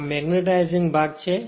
આ મેગ્નેટાઈજિંગભાગ છે